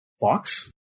fox